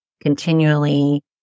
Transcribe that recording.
continually